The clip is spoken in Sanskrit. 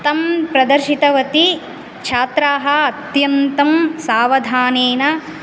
तं प्रदर्शितवती छात्राः अत्यन्तं सावधानेन